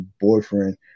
boyfriend